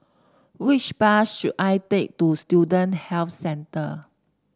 which bus should I take to Student Health Centre